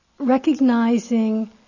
recognizing